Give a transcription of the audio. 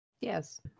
Yes